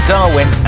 Darwin